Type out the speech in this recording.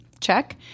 Check